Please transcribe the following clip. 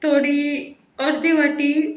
थोडी अर्दी वाटी